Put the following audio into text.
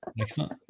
Excellent